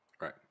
Right